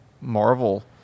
Marvel